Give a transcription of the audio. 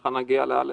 ככה נגיע ל-א'-ד',